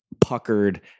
puckered